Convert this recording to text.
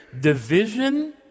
division